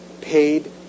paid